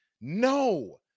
no